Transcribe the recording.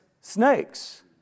snakes